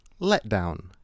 letdown